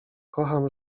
kocham